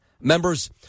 Members